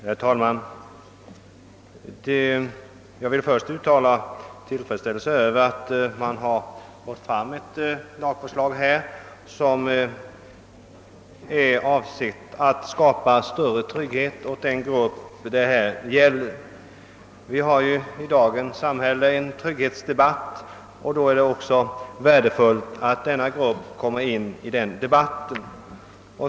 Herr talman! Jag vill först uttala min tillfredsställelse över att man har lagt fram ett lagförslag som är avsett att skapa större trygghet åt de psykiskt utvecklingsstörda. I dagens samhälle förs ju en trygghetsdebatt, och då är det också värdefullt att den gruppen medtas i denna debatt.